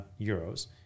Euros